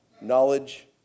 knowledge